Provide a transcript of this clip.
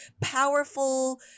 powerful